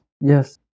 Yes